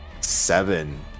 seven